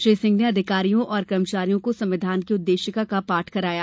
श्री सिंह ने अधिकारियों और कर्मचारियों को संविधान की उद्देश्किा का पाठ कराया